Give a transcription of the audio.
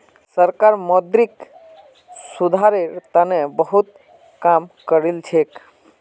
सरकार मौद्रिक सुधारेर तने बहुत काम करिलछेक